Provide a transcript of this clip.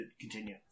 continue